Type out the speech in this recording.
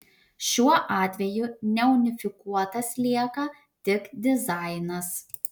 šiuo atveju neunifikuotas lieka tik dizainas